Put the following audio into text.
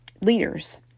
leaders